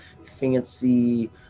fancy